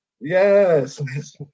Yes